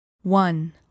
one